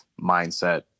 mindset